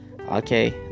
Okay